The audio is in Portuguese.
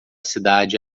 cidade